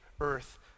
earth